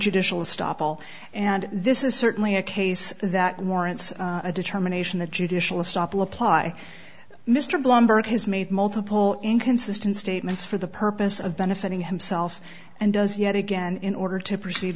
judicial stoppel and this is certainly a case that warrants a determination the judicial stop will apply mr blumberg has made multiple inconsistent statements for the purpose of benefiting himself and does yet again in order to proceed